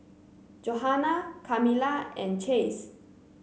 Johana Kamila and Chase